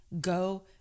Go